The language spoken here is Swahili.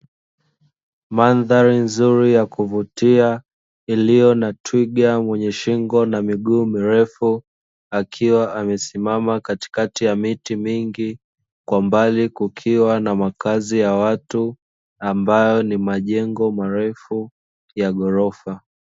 Mandhari nzuri ya kuvutia iliyo na twiga wenye shingo na miguu mirefu, akiwa amesimama katikati ya miti mingi, kwa mbali kukiwa na makazi ya watu ambayo ni majengo marefu ya ghorofa.